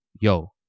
yo